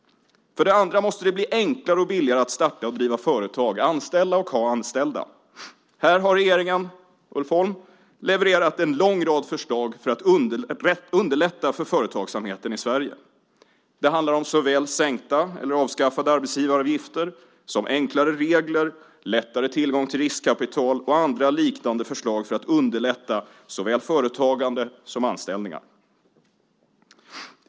För det andra måste det bli enklare och billigare att starta och driva företag, anställa och ha anställda. Här har regeringen, Ulf Holm, levererat en lång rad förslag för att underlätta för företagsamheten i Sverige. Det handlar om såväl sänkta eller avskaffade arbetsgivaravgifter som enklare regler, lättare tillgång till riskkapital och andra liknande förslag för att underlätta såväl företagande som anställningar.